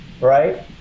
right